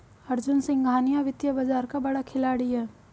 अर्जुन सिंघानिया वित्तीय बाजार का बड़ा खिलाड़ी है